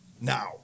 now